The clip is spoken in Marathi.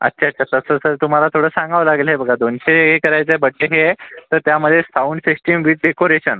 अच्छा अच्छा तसं असेल तुम्हाला थोडं सांगावं लागेल हे बघा दोनशे हे करायचंय बच्चेभी आहे तर त्यामध्ये साऊंड सिस्टीम विथ डेकोरेशन